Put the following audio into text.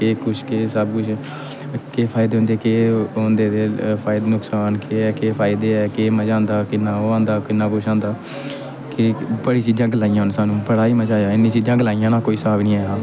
केह् फायदे होंदे केह् फायदे नुक्सान केह् ऐ केह् फायदे ऐ केह् मजा आंदा केह् कि'न्ना कुछ आंदा कि बड़ियां चीजां गलाइ'यां उन बड़ा ही मजा आया इन्नियां चीजां गलाइ'यां ना कोई साह्ब नीं